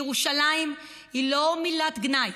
וירושלים היא לא מילת גנאי.